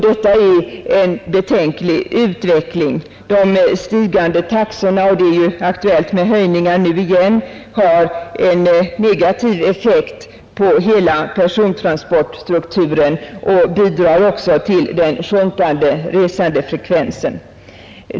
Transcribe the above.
Detta är en betänklig utveckling. De ständigt stigande taxorna — det är aktuellt med höjningar nu igen — har en negativ effekt på hela persontransportstrukturen och bidrar också till den sjunkande resandefrekvensen.